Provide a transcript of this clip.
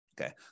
Okay